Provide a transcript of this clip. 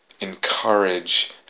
encourage